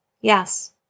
Yes